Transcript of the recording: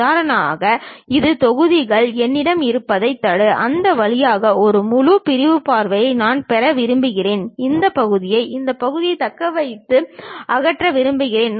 உதாரணமாக இது தொகுதிகள் என்னிடம் இருப்பதைத் தடு அந்த வழியாக ஒரு முழு பிரிவு பார்வையை நான் பெற விரும்புகிறேன் இந்த பகுதியை இந்த பகுதியை தக்கவைத்து அகற்ற விரும்புகிறேன்